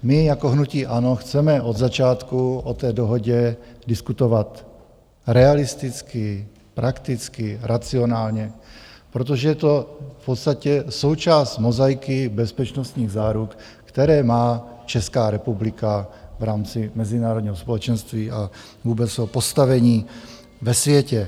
My jako hnutí ANO chceme od začátku o té dohodě diskutovat realisticky, prakticky, racionálně, protože je to v podstatě součást mozaiky bezpečnostních záruk, které má Česká republika v rámci mezinárodního společenství a vůbec o postavení ve světě.